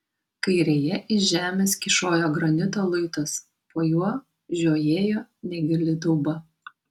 kairėje iš žemės kyšojo granito luitas po juo žiojėjo negili dauba